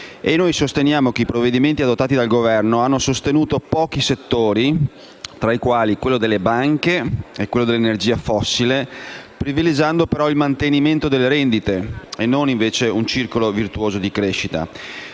Noi riteniamo che i provvedimenti adottati dal Governo hanno sostenuto pochi settori, tra i quali quello delle banche e quello dell'energia fossile, privilegiando però il mantenimento delle rendite e non invece un circolo virtuoso di crescita.